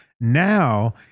Now